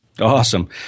Awesome